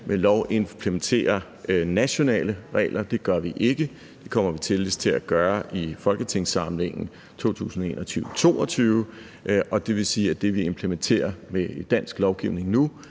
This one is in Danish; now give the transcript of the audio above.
ved lov at implementere nationale regler. Det gør vi ikke – det kommer vi tidligst til at gøre i folketingssamlingen 2021-22, og det vil sige, at det, vi implementerer i dansk lovgivning nu,